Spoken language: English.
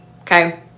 Okay